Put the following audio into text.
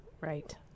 right